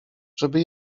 żeby